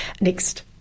Next